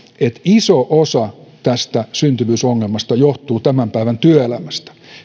että iso osa tästä syntyvyysongelmasta johtuu tämän päivän työelämästä